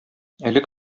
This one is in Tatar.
элек